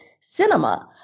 cinema